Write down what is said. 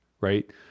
right